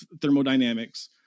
thermodynamics